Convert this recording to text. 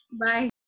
Bye